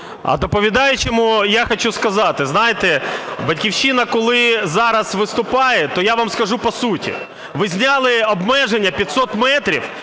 Доповідаючому я хочу сказати, знаєте, "Батьківщина", коли зараз виступає, то я вам скажу по суті. Ви зняли обмеження 500 метрів